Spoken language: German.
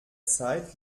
zeit